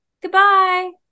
Goodbye